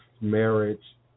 marriage